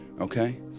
okay